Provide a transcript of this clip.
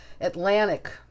Atlantic